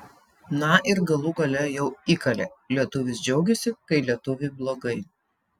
na ir galų gale jau įkalė lietuvis džiaugiasi kai lietuviui blogai